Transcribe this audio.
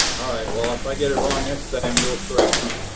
well, if i get it wrong next time, you'll correct me.